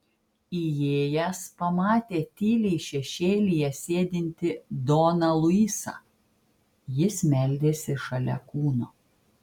įėjęs pamatė tyliai šešėlyje sėdintį doną luisą jis meldėsi šalia kūno